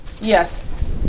Yes